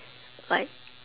like